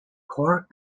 court